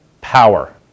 power